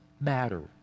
matter